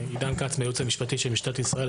עידן כץ מהייעוץ המשפטי של משטרת ישראל.